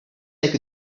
like